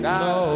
no